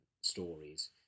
stories